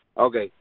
Okay